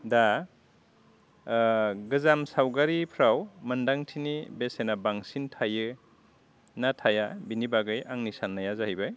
दा गोजाम सावगारिफ्राव मोनदांथिनि बेसेना बांसिन थायो ना थाया बिनि बागै आंनि साननाया जाहैबाय